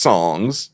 Songs